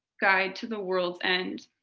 guide to the world's end.